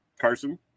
Carson